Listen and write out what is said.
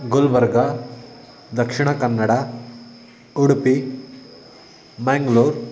Gulbarga Dakshina Kannada Udupi Mangalore